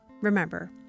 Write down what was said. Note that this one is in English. remember